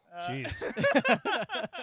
Jeez